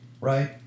right